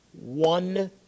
One